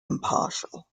impartial